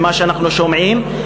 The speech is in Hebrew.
ממה שאנחנו שומעים,